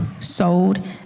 sold